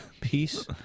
Peace